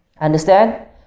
Understand